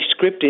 scripted